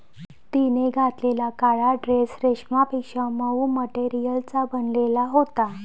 तिने घातलेला काळा ड्रेस रेशमापेक्षा मऊ मटेरियलचा बनलेला होता